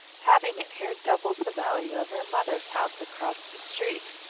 having it here doubles the value of your mother's house across the street.